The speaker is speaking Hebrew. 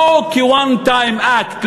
לא כ-one time act,